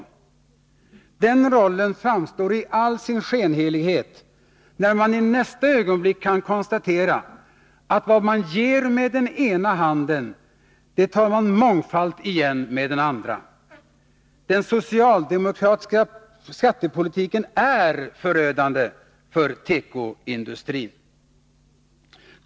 Skenheligheten framträder klart när man i nästa ögonblick kan konstatera, att vad man ger med den ena handen tar man mångfalt igen med den andra. Den socialdemokratiska skattepolitiken är förödande för tekoindustrin.